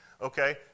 Okay